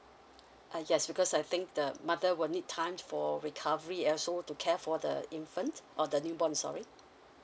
uh yes because I think the mother will need time for recovery also to care for the infant or the new born sorry